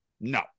no